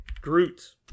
Groot